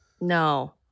No